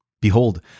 Behold